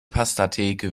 pastatheke